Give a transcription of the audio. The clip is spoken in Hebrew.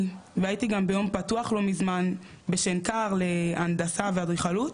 והייתי גם ביום פתוח לא מזמן בשנקר להנדסה ואדריכלות